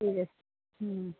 ঠিক আছে হুম